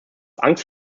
angst